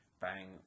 bang